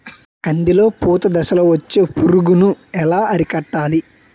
కందిలో పూత దశలో వచ్చే పురుగును ఎలా అరికట్టాలి?